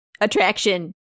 attraction